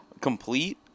complete